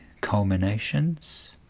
Culminations